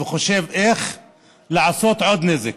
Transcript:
וחושב איך לעשות עוד נזק.